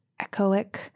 echoic